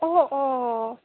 অঁ অঁ